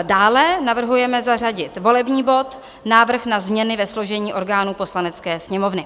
Dále navrhujeme zařadit volební bod návrh na změny ve složení orgánů Poslanecké sněmovny.